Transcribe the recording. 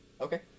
Okay